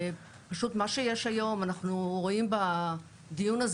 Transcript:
מה שיש היום אנחנו רואים בדיון הזה